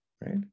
right